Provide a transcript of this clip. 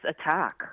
attack